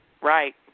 Right